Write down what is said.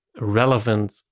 relevant